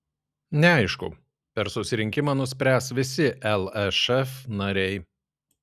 neaišku per susirinkimą nuspręs visi lšf nariai